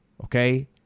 Okay